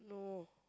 no